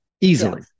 easily